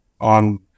on